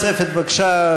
שאלה נוספת, בבקשה.